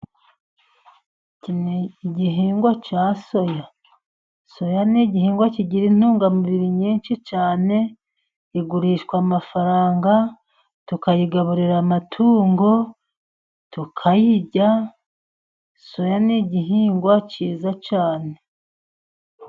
Iki n'igihingwa cya soya, soya n'igihingwa kigira intungamubiri nyinshi cyane, igurishwa amafaranga, tukayigaburira amatungo, tukayirya, soya n'igihingwa cyiza cyane.